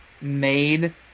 made